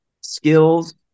skills